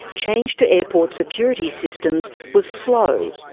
change to airport security systems was slow.